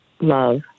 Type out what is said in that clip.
love